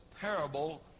parable